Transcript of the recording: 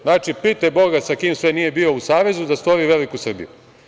Znači, pitaj boga sa kim sve nije bio u savezu da stvori veliku Srbiju.